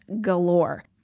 galore